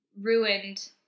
ruined